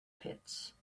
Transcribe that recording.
pits